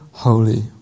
holy